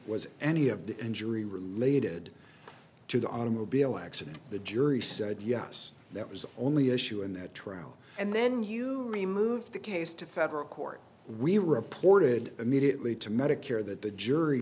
was any of the injury related to the automobile accident the jury said yes that was the only issue in that trial and then you removed the case to federal court we reported immediately to medicare that the jury